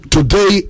Today